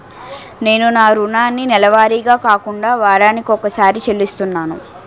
నేను నా రుణాన్ని నెలవారీగా కాకుండా వారాని కొక్కసారి చెల్లిస్తున్నాను